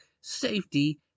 Safety